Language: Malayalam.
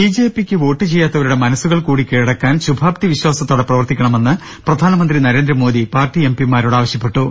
ബി ജെ പിക്ക് വോട്ട് ചെയ്യാത്തവരുടെ മനസ്സുകൾ കൂടി കീഴടക്കാൻ ശുഭാപ്തി വിശ്വാസത്തോടെ പ്രവർത്തിക്കണമെന്ന് പ്രധാനമന്ത്രി നരേന്ദ്രമോദി പാർട്ടി എം പിമാരോട് ആവശ്യപ്പെട്ടു